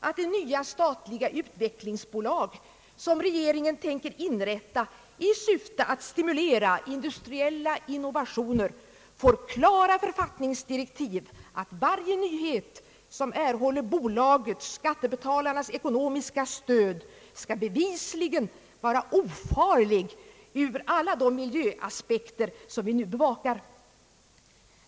att det nya statliga utvecklingsbolag, som regeringen tänker inrätta i syfte att stimulera industriella innovationer, får klara författningsdirektiv att varje nyhet som erhåller bolagets, skattebetalarnas, ekonomiska stöd skall bevisligen vara ofarlig ur alla de miljöaspekter som vi nu bevakar.